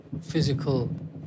Physical